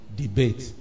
debate